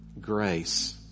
Grace